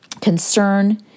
concern